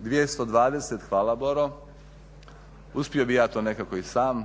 220, hvala Boro, uspio bi ja to nekako i sam.